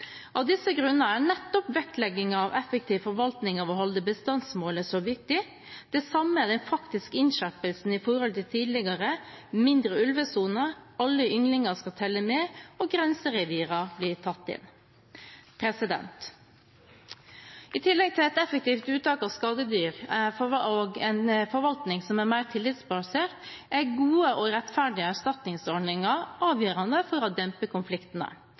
Av disse grunner er nettopp vektleggingen av effektiv forvaltning og å holde bestandsmålet så viktig. Det samme er den faktiske innskjerpelsen i forhold til tidligere – mindre ulvesone, alle ynglinger skal telle med, og grenserevirene blir tatt inn. I tillegg til et effektivt uttak av skadedyr og en forvaltning som er mer tillitsbasert, er gode og rettferdige erstatningsordninger avgjørende for å dempe konfliktene.